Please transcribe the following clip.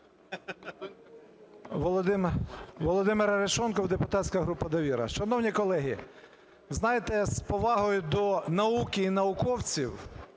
Володимир Арешонков, депутатська група "Довіра". Шановні колеги, знаєте, з повагою до науки і науковців,